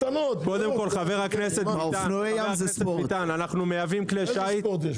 חבר הכנסת ביטן, זה ספורט.